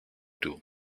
του